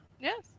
Yes